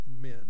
men